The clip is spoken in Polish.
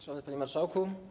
Szanowny Panie Marszałku!